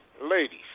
Ladies